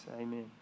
Amen